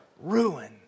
ruin